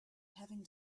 having